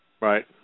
Right